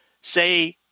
say